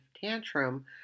tantrum